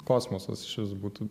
kosmosas iš vis būtų